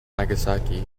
nagasaki